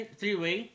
three-way